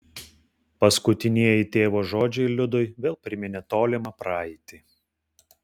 paskutinieji tėvo žodžiai liudui vėl priminė tolimą praeitį